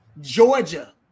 Georgia